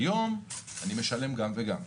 היום אני משלם גם וגם.